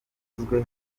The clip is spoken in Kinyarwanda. zavuzwe